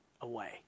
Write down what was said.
away